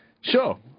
Sure